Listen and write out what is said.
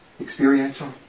Experiential